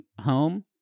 home